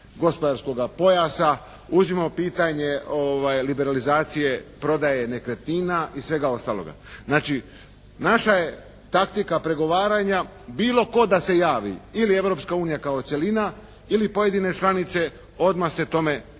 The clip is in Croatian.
gospodarskoga pojasa, uzmimo pitanje liberalizacije prodaje nekretnina i svega ostaloga. Znači, naša je taktika pregovaranja bilo tko da se javi ili Europska unija kao cjelina ili pojedine članice odmah se tome zahtjevu